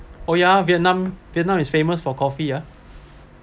oh ya vietnam vietnam is famous for coffee ya